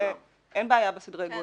אין בעיה בסדרי הגודל.